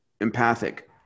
empathic